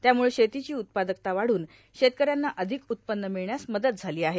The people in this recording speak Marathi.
त्यामुळं शेतीची उत्पादकता वादून शेतकऱ्यांना अधिक उत्पन्न मिळण्यास मदत झाली आहे